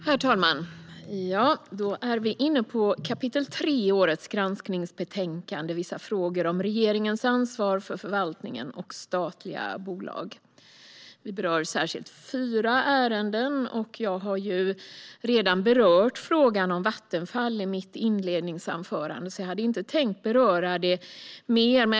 Herr talman! Då är vi inne på kapitel 3 i årets granskningsbetänkande, "Vissa frågor om regeringens ansvar för förvaltningen och statliga bolag". Vi berör särskilt fyra ärenden, och jag har redan berört frågan om Vattenfall i mitt inledningsanförande. Jag hade inte tänkt att ta upp det mer.